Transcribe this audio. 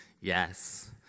yes